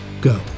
go